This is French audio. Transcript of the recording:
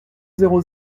zéro